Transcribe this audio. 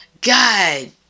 God